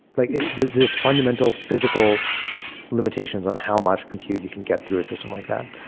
like there's there's fundamental physical limitations on how much compute you can get through a system like that.